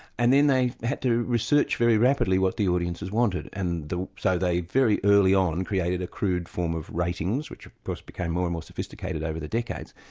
and then they had to research very rapidly what the audiences wanted, and so they very early on created a crude form of ratings, which of course became more and more sophisticated over the decades.